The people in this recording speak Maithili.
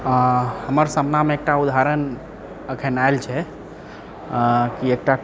आ हमर सपनामे एकटा उदहारण अखन आएल छै कि एकटा